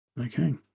Okay